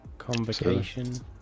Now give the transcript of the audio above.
Convocation